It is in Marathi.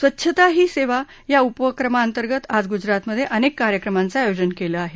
स्वच्छता ही सेवा या उपक्रमाअंतर्गत आज गुजरातमध्ये अनेक कार्यक्रमांचं आयोजन केलं आहे